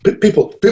people